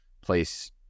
place